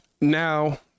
Now